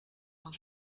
war